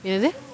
எது:ethu